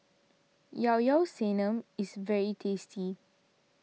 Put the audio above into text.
Yao Yao Sanum is very tasty